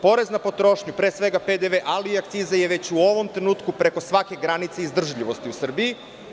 Porez na potrošnju, pre svega PDV, ali i akciza je već u ovom trenutku preko svake granice izdržljivosti u Srbiji.